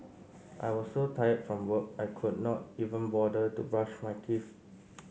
I was so tired from work I could not even bother to brush my teeth